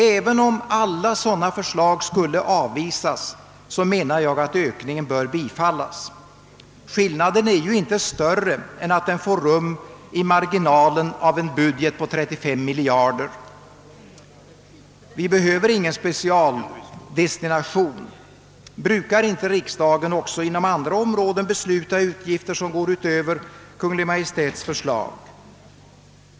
Även om alla sådana förslag skulle avvisas, anser jag att förslaget om en ökning av u-landshjälpen bör bifallas. Skillnaden är ju inte större än att den ryms i marginalen av en budget på 35 miljarder. Vi behöver ingen specialdestination. Brukar inte riksdagen på andra områden besluta om utgifter som går utöver Kungl. Maj:ts förslag?